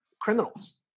criminals